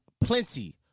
plenty